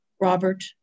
Robert